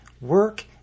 work